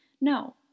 No